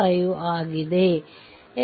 5 ಆಗಿದೆ